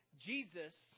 Jesus